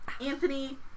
Anthony